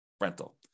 rental